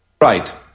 Right